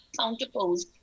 counterpose